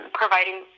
providing